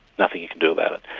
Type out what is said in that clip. nothing you can do about it.